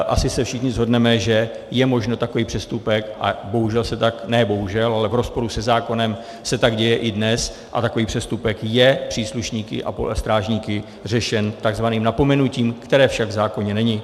Asi se všichni shodneme, že je možno takový přestupek, a bohužel ne bohužel, ale v rozporu se zákonem se tak děje i dnes, a takový přestupek je příslušníky a strážníky řešen tzv. napomenutím, které však v zákoně není.